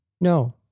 No